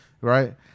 right